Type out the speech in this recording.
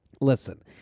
listen